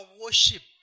worship